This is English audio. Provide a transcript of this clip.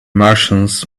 martians